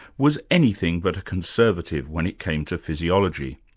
was anything but a conservative when it came to physiology.